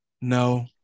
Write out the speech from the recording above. no